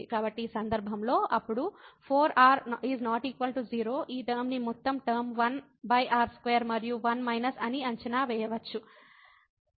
కాబట్టి ఈ సందర్భంలో అప్పుడు 4r ≠ 0 ఈ టర్మ ని మొత్తం టర్మ 1r2 మరియు 1 మైనస్ అని అంచనా వేయవచ్చు